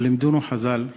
אבל לימדונו חז"ל: